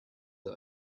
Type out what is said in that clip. the